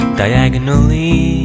diagonally